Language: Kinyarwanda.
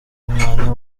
umwanya